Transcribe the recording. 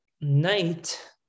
night